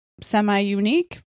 semi-unique